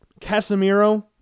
Casemiro